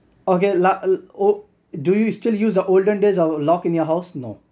okay la~ oh do you still use the olden days lock in your house no